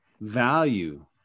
value